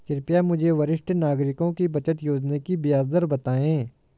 कृपया मुझे वरिष्ठ नागरिकों की बचत योजना की ब्याज दर बताएं